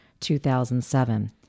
2007